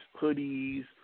hoodies